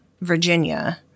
Virginia